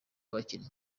abakinnyi